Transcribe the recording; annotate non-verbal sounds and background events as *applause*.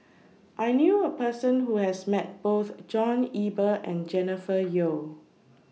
*noise* I knew A Person Who has Met Both John Eber and Jennifer Yeo